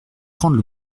prendre